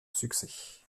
succès